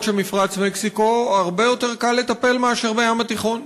אף שבמפרץ מקסיקו הרבה יותר קל לטפל מאשר בים התיכון.